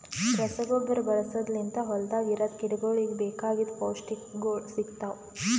ರಸಗೊಬ್ಬರ ಬಳಸದ್ ಲಿಂತ್ ಹೊಲ್ದಾಗ ಇರದ್ ಗಿಡಗೋಳಿಗ್ ಬೇಕಾಗಿದ್ ಪೌಷ್ಟಿಕಗೊಳ್ ಸಿಗ್ತಾವ್